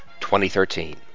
2013